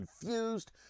confused